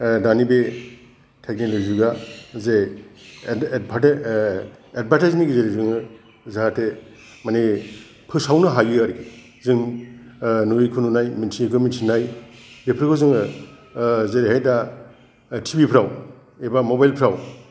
दानि बे थेकनिकेल जुगा जे एदभारताइस एदभार्तायसनि गेजेरजोंनो जाहाथे माने फोसावनो हायो आरोखि जों नुयिखौ नुनाय मिन्थियिखौ मिन्थिनाय बेफोरखौ जोङो जेरैहाय दा टि भि फ्राव एबा मबाइलफ्राव